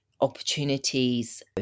opportunities